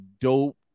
dope